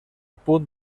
punt